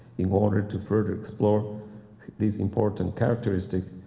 in order to further explore these important characteristic,